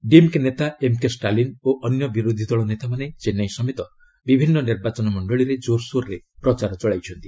ଡିଏମ୍କେ ନେତା ଏମ୍କେ ଷ୍ଟାଲିନ ଓ ଅନ୍ୟ ବିରୋଧୀଦଳ ନେତାମାନେ ଚେନ୍ନାଇ ସମେତ ବିଭିନ୍ନ ନିର୍ବାଚନ ମଣ୍ଡଳୀରେ ଜୋରସୋରରେ ପ୍ରଚାର ଚଳାଇଛନ୍ତି